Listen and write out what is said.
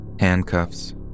Handcuffs